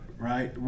Right